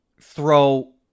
throw